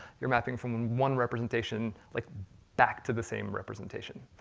you're mapping from one one representation, like back to the same representation.